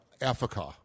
Africa